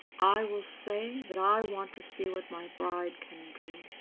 i will say that i want to see what my bride can do,